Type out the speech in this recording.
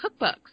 cookbooks